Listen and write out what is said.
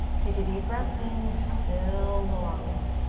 take a deep breath in. fill the lungs.